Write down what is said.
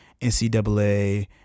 ncaa